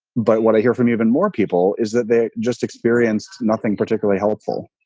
but what i hear from even more people is that they just experienced nothing particularly helpful.